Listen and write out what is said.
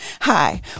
Hi